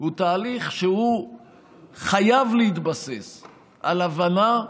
הוא תהליך שחייב להתבסס על הבנה,